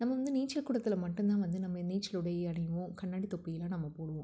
நம்ம வந்து நீச்சல் கூடத்தில் மட்டும் தான் வந்து நம்ம நீச்சல் உடையை அணிவோம் கண்ணாடி தொப்பியெல்லாம் நம்ம போடுவோம்